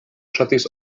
ŝatis